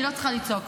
אני לא צריכה לצעוק.